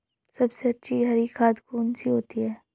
सबसे अच्छी हरी खाद कौन सी होती है?